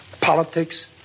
Politics